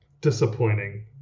disappointing